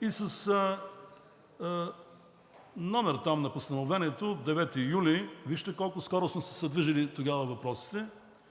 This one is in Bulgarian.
и с номер на постановлението от 9 юли – вижте колко скоростно са се движели тогава въпросите,